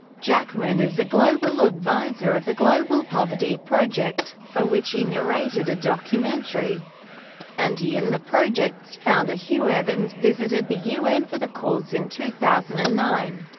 jackman is a global advisor of the global poverty project, for which he narrated a documentary and he and the project's founder hugh evans visited the un for the cause in two thousand and nine.